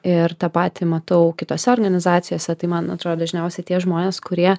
ir tą patį matau kitose organizacijose tai man atrodo dažniausiai tie žmonės kurie